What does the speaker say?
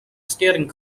steering